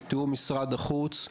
בתיאום משרד החוץ,